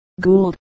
Gould